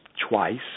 twice